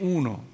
uno